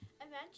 Imagine